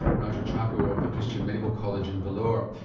raju chacko of the christian medical college in vellore.